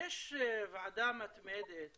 יש ועדה מתמדת